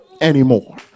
anymore